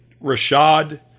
Rashad